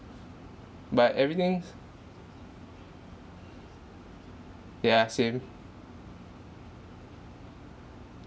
but everything yeah same